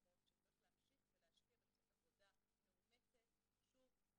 מקומות שצריך להמשיך ולהשקיע ולעשות עבודה מאומצת שוב,